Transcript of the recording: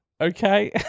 okay